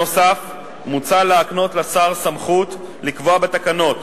נוסף על כך מוצע להקנות לשר סמכות לקבוע בתקנות,